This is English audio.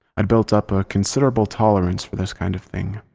i'd built up a considerable tolerance for this kind of thing.